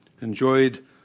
enjoyed